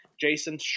jason